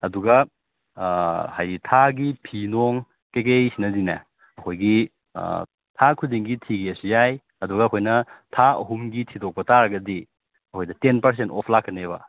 ꯑꯗꯨꯒ ꯍꯥꯏꯗꯤ ꯊꯥꯒꯤ ꯐꯤ ꯅꯣꯡ ꯀꯩꯀꯩꯁꯤꯅꯗꯤꯅꯦ ꯑꯩꯈꯣꯏꯒꯤ ꯊꯥ ꯈꯨꯗꯤꯡꯒꯤ ꯊꯤꯒꯦꯁꯨ ꯌꯥꯏ ꯑꯗꯨꯒ ꯑꯩꯈꯣꯏꯅ ꯊꯥ ꯑꯍꯨꯝꯒꯤ ꯊꯤꯗꯣꯛꯄ ꯇꯥꯔꯒꯗꯤ ꯑꯩꯈꯣꯏꯗ ꯇꯦꯟ ꯄꯔꯁꯦꯟ ꯑꯣꯐ ꯂꯥꯛꯀꯅꯦꯕ